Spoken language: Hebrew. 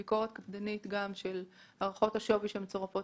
יש ביקורת קפדנית של הערכות השווי שמצורפות